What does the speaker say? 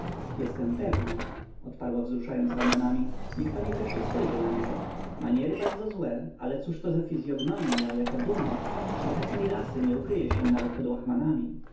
jestem pewna odparła wzruszając ramionami niech pani wreszcie spojrzy na niego maniery bardzo złe ale cóżto za fizyognomia jaka duma szlachetnej rasy nie ukryje się nawet